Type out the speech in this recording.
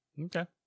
Okay